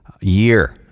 year